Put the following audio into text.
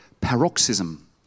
paroxysm